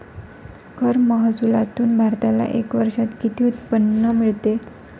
कर महसुलातून भारताला एका वर्षात किती उत्पन्न मिळते?